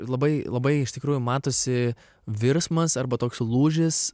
tai labai labai iš tikrųjų matosi virsmas arba toks lūžis